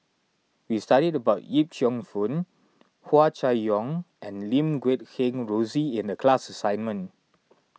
we studied about Yip Cheong Fun Hua Chai Yong and Lim Guat Kheng Rosie in the class assignment